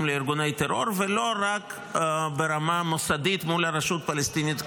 לארגוני טרור ולא רק ברמה המוסדית מול הרשות הפלסטינית כולה.